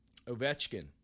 Ovechkin